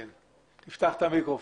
ב-זום.